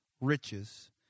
riches